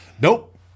Nope